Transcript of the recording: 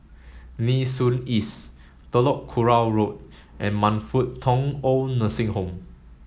Nee Soon East Telok Kurau Road and Man Fut Tong Old Nursing Home